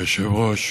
אדוני היושב-ראש,